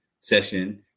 session